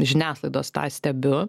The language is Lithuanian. žiniasklaidos tą stebiu